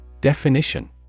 Definition